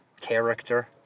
character